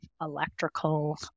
electrical